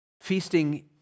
Feasting